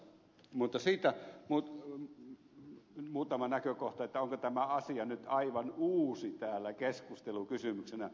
mutta muutama näkökohta siitä onko tämä asia nyt aivan uusi täällä keskustelukysymyksenä